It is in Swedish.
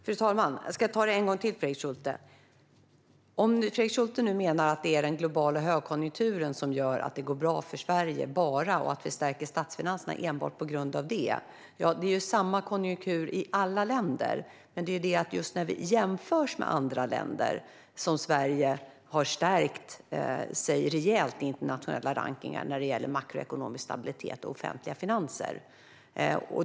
Fru talman! Jag tar det en gång till, Fredrik Schulte. Om Fredrik Schulte menar att det är den globala högkonjunkturen som gör att det går bra för Sverige och att vi stärker statsfinanserna enbart på grund av den kan jag säga att det är samma konjunktur i alla länder. Men när Sverige jämförs med andra länder framgår det att Sverige har stärkts rejält i internationella rankningar när det gäller makroekonomisk stabilitet och offentliga finanser.